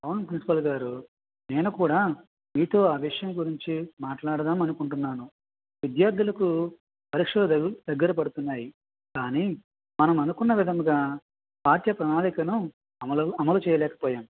అవును ప్రిన్సిపాల్ గారు నేను కూడా మీతో ఆ విషయం గురించి మాట్లాడుదాము అనుకుంటున్నాను విద్యార్థులకు పరీక్షలు దగ్గర పడుతున్నాయి కానీ మనం అనుకున్న విధముగా పాఠ్య ప్రణాళికను అమలు అమలు చేయలేకపోయాము